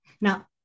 Now